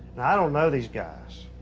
i don't know these guys.